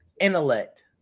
intellect